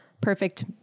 perfect